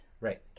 Right